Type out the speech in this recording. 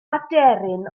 aderyn